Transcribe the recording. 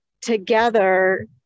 together